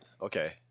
Okay